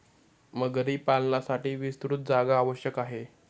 मगरी पालनासाठी विस्तृत जागा आवश्यक आहे